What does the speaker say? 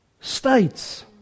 states